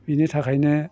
बिनि थाखायनो